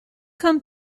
come